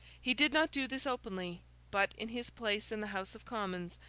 he did not do this openly but, in his place in the house of commons,